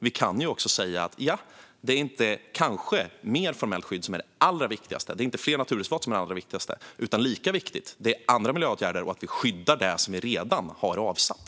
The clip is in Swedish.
Vi kan också säga: Det är kanske inte mer formellt skydd som är det allra viktigaste. Och det är inte fler naturreservat som är det allra viktigaste. Lika viktigt är det med andra miljöåtgärder och att vi skyddar det som vi redan har avsatt.